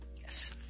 yes